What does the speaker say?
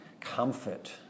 comfort